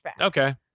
Okay